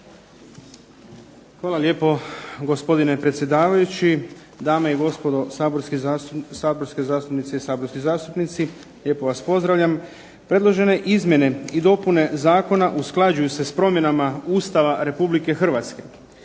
Hvala lijepo gospodine predsjedavajući. Dame i gospodo saborski zastupnice i zastupnici. Lijepo vas pozdravljam. Prelažene izmjene i dopune zakona usklađuju se s promjena Ustava Republike Hrvatske.